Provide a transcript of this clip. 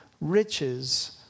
riches